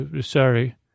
sorry